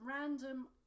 random